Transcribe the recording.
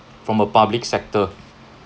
from a public sector